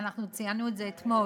אנחנו ציינו את זה אתמול.